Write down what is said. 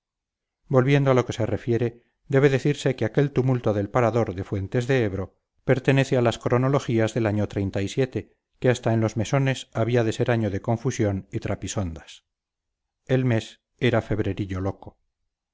volviendo a lo que se refiere debe decirse que aquel tumulto del parador de fuentes de ebro pertenece a las cronologías del año que hasta en los mesones había de ser año de confusión y trapisondas el mes era febrerillo loco